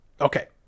okay